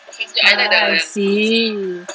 I see